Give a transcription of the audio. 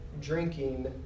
drinking